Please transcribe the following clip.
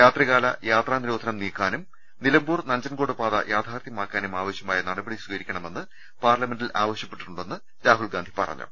രാത്രികാല യാത്രാനിരോധനം നീക്കുന്നതിനും നിലമ്പൂർ നഞ്ചൻഗോഡ് പാത യഥാർഥ്യമാക്കാനും ആവശ്യമായ നടപടി സ്വീകരിക്കണമെന്ന് പാർലമെന്റിൽ ആവശ്യപ്പെട്ടിട്ടുണ്ടെന്നും അദ്ദേഹം പറഞ്ഞു